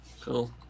Cool